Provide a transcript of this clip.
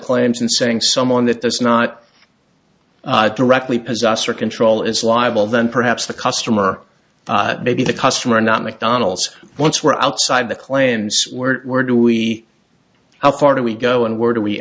claims and saying someone that there's not directly possessor control is liable then perhaps the customer may be the customer not mcdonald's once we're outside the claims we're where do we how far do we go and where do we